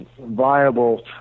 viable